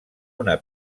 una